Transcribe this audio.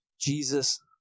Jesus